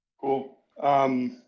Cool